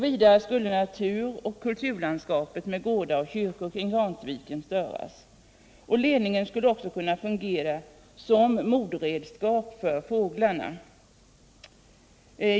Vidare skulle naturoch kulturlandskapet med gårdar och kyrkor kring Garnsviken störas. Ledningen skulle också kunna fungera som mordredskap för fåglarna.